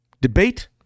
Debate